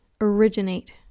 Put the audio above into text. originate